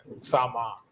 Sama